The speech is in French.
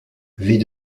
vit